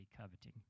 coveting